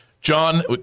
John